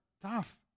tough